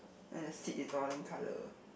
and the seat is orange color